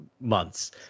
months